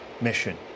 mission